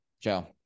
Ciao